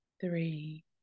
three